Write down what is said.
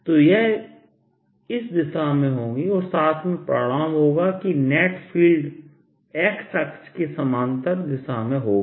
तो यह इस दिशा होंगी और साथ में परिणाम होगा कि नेट फील्ड x अक्ष के समानांतर दिशा में होगा